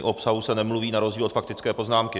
O obsahu se nemluví na rozdíl od faktické poznámky.